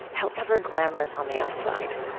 however glamorous on the outside.